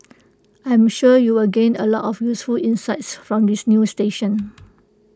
I am sure you will gain A lot of useful insights from this new station